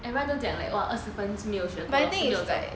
everyone do get like 二十分是没有学过的是没有教过的